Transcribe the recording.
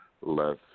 less